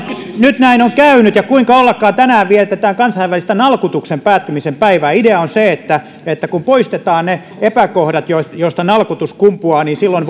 nyt näin on käynyt ja kuinka ollakaan tänään vietetään kansainvälistä nalkutuksen päättymisen päivää idea on se että kun poistetaan ne epäkohdat joista joista nalkutus kumpuaa niin silloin